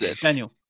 Daniel